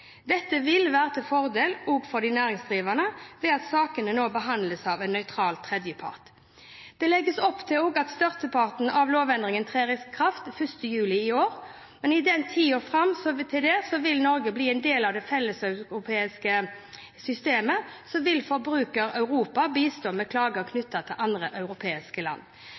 Dette vil være til fordel også for de næringsdrivende ved at sakene nå behandles av en nøytral tredjepart. Det legges opp til at størsteparten av lovendringen skal tre i kraft 1. juli i år, men i tiden fram til Norge blir en del av det felleseuropeiske systemet, vil Forbruker Europa bistå ved klager knyttet til andre europeiske land.